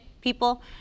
People